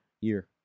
year